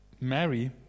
Marry